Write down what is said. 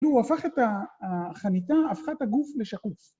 והוא הפך את החניטה, הפכה את הגוף לשקוף.